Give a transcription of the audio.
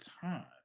time